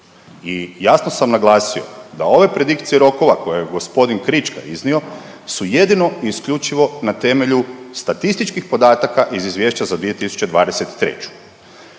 i jasno sam naglasio da ove predikcije rokova koje je gospodin Krička iznio su jedino i isključivo na temelju statističkih podataka iz izvješća za 2023.